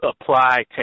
apply